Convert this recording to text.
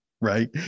right